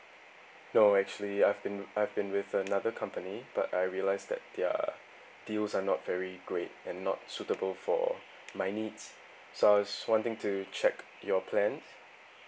no actually I've been I've been with another company but I realised that their deals are not very great and not suitable for my needs so I was wanting to check your plan